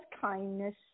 kindness